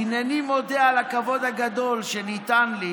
"הינני מודה על הכבוד הגדול שניתן לי